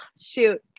shoot